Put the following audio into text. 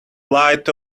light